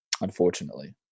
Unfortunately